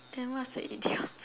then what's the idiom